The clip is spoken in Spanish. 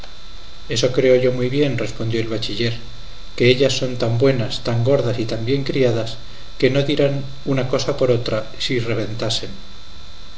eso creo yo muy bien respondió el bachiller que ellas son tan buenas tan gordas y tan bien criadas que no dirán una cosa por otra si reventasen